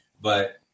but-